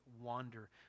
wander